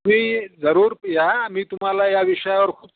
मी जरूर या मी तुम्हाला या विषयावर खूप